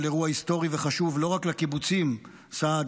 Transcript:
אירוע היסטורי וחשוב לא רק לקיבוצים סעד,